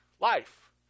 life